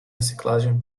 reciclagem